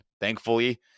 Thankfully